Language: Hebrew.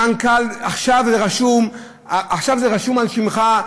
עכשיו זה רשום על שמך,